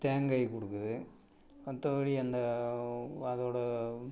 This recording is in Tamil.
தேங்காய் கொடுக்குது மற்றபடி அந்த அதோடய